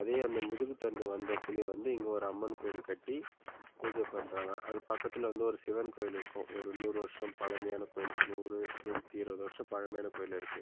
அதே அந்த முதுகுத் தண்டு வந்த இடத்துலே வந்து இங்கே ஒரு அம்மன் கோவில் கட்டி பூஜை பண்ணுறாங்க அது பக்கத்தில் வந்து ஒரு சிவன் கோவில் இருக்கும் ஒரு நூறு வருஷம் பழமையான கோயில் நூறு நூற்றி இருபது வருஷம் பழமையான கோவில் இருக்குது